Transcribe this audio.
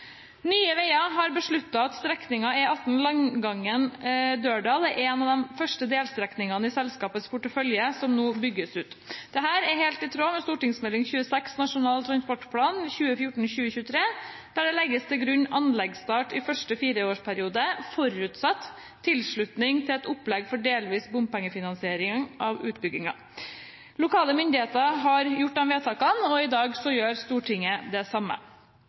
Nye Veier har besluttet at strekningen E18 Langangen–Dørdal er en av de første delstrekningene i selskapets portefølje som bygges ut. Dette er helt i tråd med Meld. St. 26 for 2012–2013 Nasjonal transportplan 2014–2023, der det legges til grunn anleggsstart i første fireårsperiode, forutsatt tilslutning til et opplegg for delvis bompengefinansiering av utbyggingen. Lokale myndigheter har gjort disse vedtakene, i dag gjør Stortinget det samme.